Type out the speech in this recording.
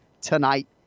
tonight